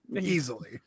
easily